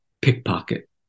pickpocket